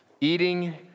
Eating